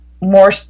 more